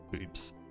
oops